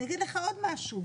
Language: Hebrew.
אגיד לך עוד משהו.